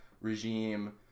regime